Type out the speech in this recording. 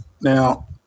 Now